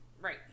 right